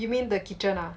you mean the kitchen ah